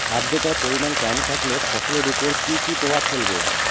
আদ্রর্তার পরিমান কম থাকলে ফসলের উপর কি কি প্রভাব ফেলবে?